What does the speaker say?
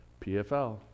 PFL